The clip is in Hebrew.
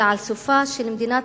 אלא על סופה של מדינת